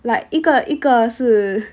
like 一个一个是